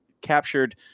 captured